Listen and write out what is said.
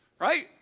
Right